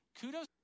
kudos